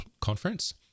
conference